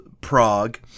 Prague